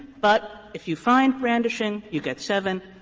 but if you find brandishing you get seven,